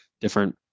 different